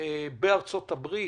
בארצות הברית,